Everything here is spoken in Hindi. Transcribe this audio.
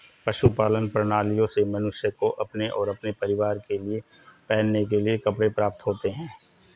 पशुधन प्रणालियों से मनुष्य को अपने और अपने परिवार के लिए पहनने के कपड़े प्राप्त होते हैं